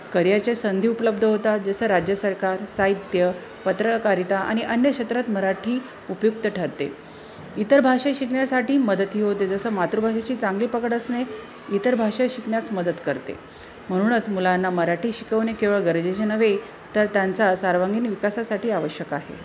करियरच्या संधी उपलब्ध होतात जसं राज्य सरकार साहित्य पत्रकारिता आणि अन्य क्षेत्रात मराठी उपयुक्त ठरते इतर भाषा शिकण्यासाठी मदतही होते जसं मातृभाषेची चांगली पकड असणे इतर भाषा शिकण्यास मदत करते म्हणूनच मुलांना मराठी शिकवणे केवळं गरजेचे नव्हे तर त्यांचा सर्वांगीण विकासासाठी आवश्यक आहे